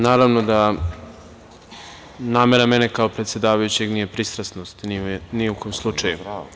Naravno, da namera mene kao predsedavajućeg nije pristrasnost, ni u kom slučaju.